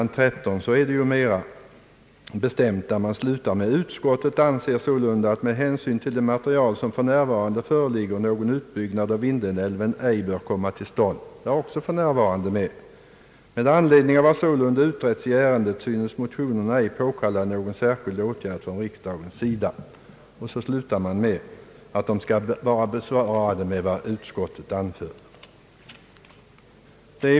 13 sägs mera bestämt: » Utskottet anser sålunda att med hänsyn till det material som för närvarande föreligger, någon utbyggnad av Vindelälven ej bör komma till stånd. Med anledning av vad sålunda utretts i ärendet synes motionerna ej påkalla någon särskild åtgärd från riksdagens sida.» . Utskottet slutar sedan med att hemställa att motionerna skall anses besvarade med vad utskottet anfört.